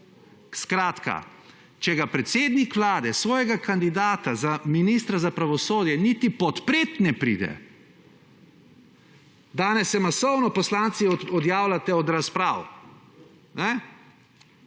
Skratka, če ga predsednik Vlade, svojega kandidata za ministra za pravosodje niti podpreti ne pride, danes se masovno poslanci odjavljate od razprav.